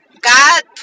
God